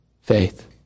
faith